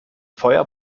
feuer